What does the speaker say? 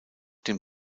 dem